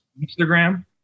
Instagram